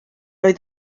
oedd